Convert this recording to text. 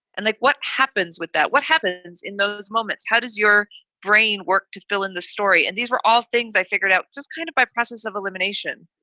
and like what happens with that? what happens in those moments? how does your brain work to fill in the story? and these were all things i figured out just kind of by process of elimination,